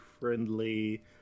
friendly